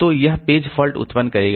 तो वह एक पेज फॉल्ट उत्पन्न करेगा